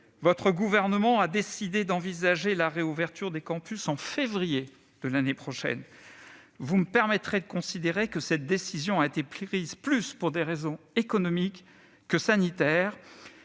Votre gouvernement a décidé d'envisager la réouverture des campus en février de l'année prochaine. Vous me permettrez de considérer que cette décision a été prise pour des raisons davantage économiques que sanitaires,